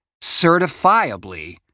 certifiably